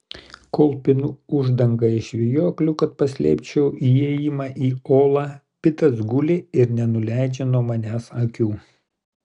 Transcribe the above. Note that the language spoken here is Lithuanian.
kol pinu uždangą iš vijoklių kad paslėpčiau įėjimą į olą pitas guli ir nenuleidžia nuo manęs akių